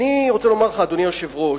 אדוני היושב-ראש,